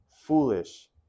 foolish